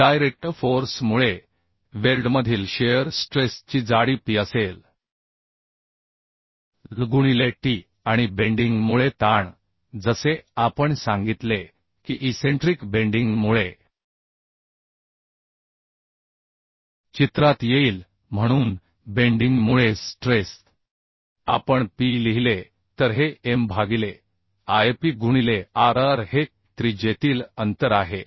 direct force मुळे वेल्डमधील shear stress ची जाडी P असेल L गुणिले t आणि वाकण्यामुळे ताण जसे आपण सांगितले की इसेंट्रिक बेंडिंग मुळे चित्रात येईल म्हणून बेंडिंग मुळे स्ट्रेस आपण Pb लिहिले तर हे M भागिले Ip गुणिले rr हे त्रिज्येतील अंतर आहे